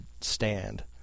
stand